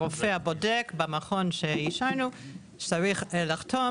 הרופא הבודק במכון שאישרנו צריך לחתום